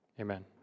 Amen